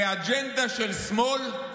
כאג'נדה של שמאל